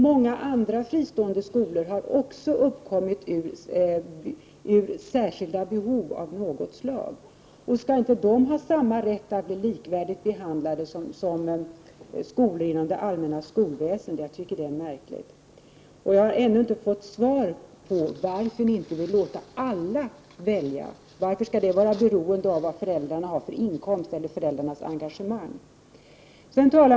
Många andra fristående skolor har också uppkommit ur särskilda behov av något slag. Skall de inte ha rätt till en behandling likvärdig den som skolor inom det allmänna skolväsendet får? Jag tycker det är märkligt. Jag har ännu inte fått svar på frågan, varför ni inte vill låta alla välja. Varför skall det vara beroende av föräldrarnas inkomst eller engagemang?